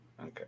Okay